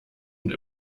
und